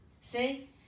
see